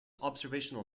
observational